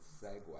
segue